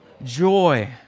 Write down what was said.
joy